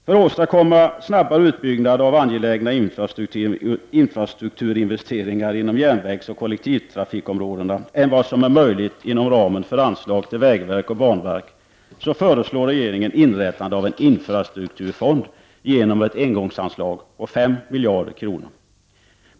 För att åstadkomma snabbare utbyggnad av angelägna infrastrukturinvesteringar inom järnvägsoch kollektivtrafikområdena än vad som är möjligt inom ramen för anslag till vägverk och banverk, föreslår regeringen inrättande av en infrastrukturfond genom ett engångsanslag på 5 miljarder kronor.